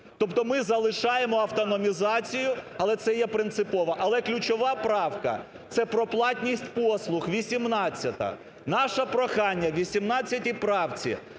Тобто ми залишаємо автономізацію, але це є принципово. Але ключова правка – це про платність послуг, 18-а. Наше прохання в 18 правці,